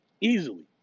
easily